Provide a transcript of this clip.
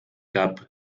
gab